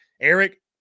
Eric